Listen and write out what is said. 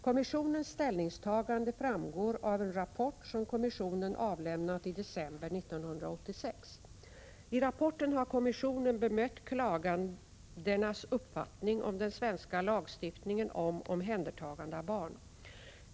Kommissionens ställningstagande framgår av en rapport som kommissionen avlämnat i december 1986. I rapporten har kommissionen bemött klagandenas uppfattning om den svenska lagstiftningen om omhändertagande av barn.